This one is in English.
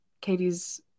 Katie's